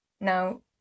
Now